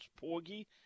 porgy